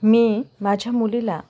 मी माझ्या मुलीला